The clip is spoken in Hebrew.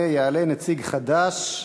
יעלה נציג חד"ש,